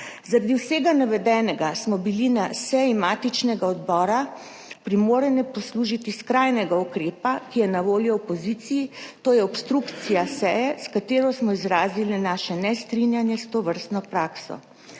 Zaradi vsega navedenega smo bili na seji matičnega odbora primorane poslužiti skrajnega ukrepa, ki je na voljo opoziciji, to je obstrukcija seje, s katero smo izrazili naše nestrinjanje s tovrstno prakso.